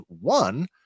one